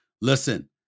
Listen